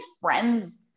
friends